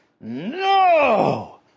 No